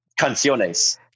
Canciones